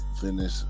finish